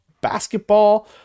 basketball